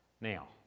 Now